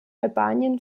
albanien